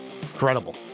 Incredible